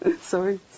Sorry